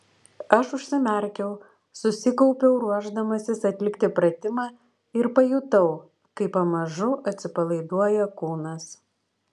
aš užsimerkiau susikaupiau ruošdamasis atlikti pratimą ir pajutau kaip pamažu atsipalaiduoja kūnas